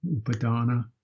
upadana